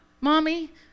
mommy